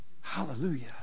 Hallelujah